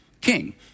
king